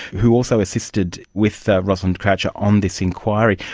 who also assisted with rosalind croucher on this inquiry.